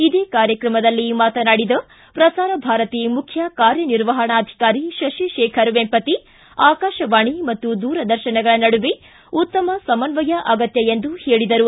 ಇದೇ ಕಾರ್ಯಕ್ರಮದಲ್ಲಿ ಮಾತನಾಡಿದ ಪ್ರಸಾರ ಭಾರತಿ ಮುಖ್ಯ ಕಾರ್ಯನಿರ್ವಹನಾಧಿಕಾರಿ ಶಶಿ ಶೇಖರ್ ವೆಂಪತಿ ಆಕಾಶವಾಣಿ ಮತ್ತು ದೂರದರ್ಶನಗಳ ನಡುವೆ ಉತ್ತಮ ಸಮನ್ವಯ ಅಗತ್ಯ ಎಂದು ಹೇಳದರು